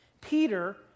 Peter